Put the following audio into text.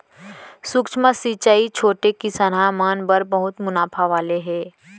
सूक्ष्म सिंचई छोटे किसनहा मन बर बहुत मुनाफा वाला हे